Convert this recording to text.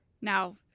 now